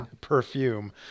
perfume